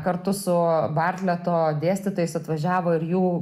kartu su bartleto dėstytojais atvažiavo ir jų